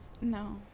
No